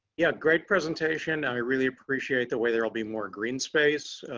yeah, great presentation. i really appreciate the way there will be more green space.